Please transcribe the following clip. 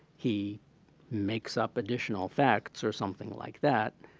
he makes up additional facts or something like that,